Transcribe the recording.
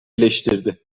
eleştirdi